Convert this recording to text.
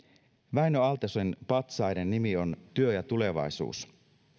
wäinö aaltosen patsaiden nimi on työ ja tulevaisuus